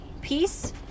peace